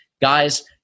Guys